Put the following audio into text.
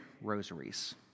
rosaries